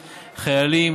חיילים,